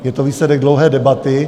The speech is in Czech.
Je to výsledek dlouhé debaty.